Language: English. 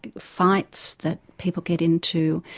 fights that people get into,